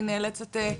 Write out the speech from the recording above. אני נאלצת לעזוב.